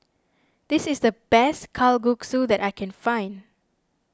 this is the best Kalguksu that I can find